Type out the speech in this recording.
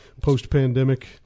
post-pandemic